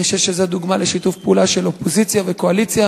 אני חושב שזו דוגמה לשיתוף פעולה של אופוזיציה וקואליציה,